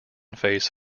face